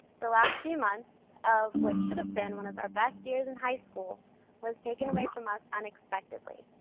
the last few months of what should have been one of our best years in high school was taken away from us unexpectedly.